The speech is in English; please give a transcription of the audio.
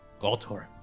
Galtor